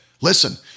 Listen